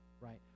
Right